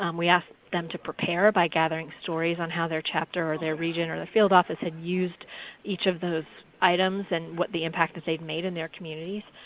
um we asked them to prepare by gathering stories on how their chapter or their region or their field office had used each of those items and what the impact that they had made in their communities.